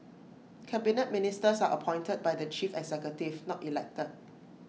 Cabinet Ministers are appointed by the chief executive not elected